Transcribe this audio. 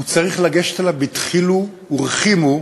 הוא צריך לגשת אליו בדחילו ורחימו,